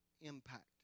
impact